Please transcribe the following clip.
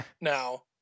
Now